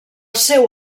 seu